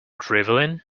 drivelling